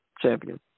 champion